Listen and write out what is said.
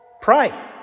Pray